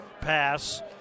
pass